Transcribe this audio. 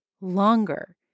longer